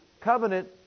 covenant